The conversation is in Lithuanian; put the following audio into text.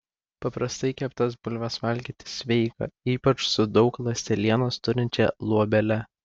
paprastai keptas bulves valgyti sveika ypač su daug ląstelienos turinčia luobele